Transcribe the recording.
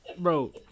bro